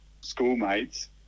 schoolmates